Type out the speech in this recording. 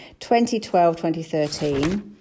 2012-2013